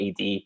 ad